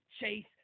Chase